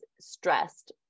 stressed